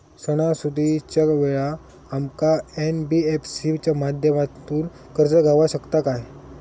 सणासुदीच्या वेळा आमका एन.बी.एफ.सी च्या माध्यमातून कर्ज गावात शकता काय?